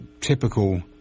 typical